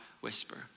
whisper